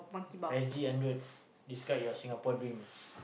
S_G-hundred describe your Singapore dreams